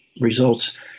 results